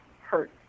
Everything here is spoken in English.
hurt